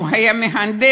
שהוא היה מהנדס,